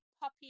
puppy